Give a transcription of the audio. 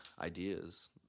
ideas